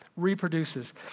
reproduces